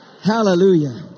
Hallelujah